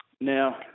Now